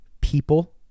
people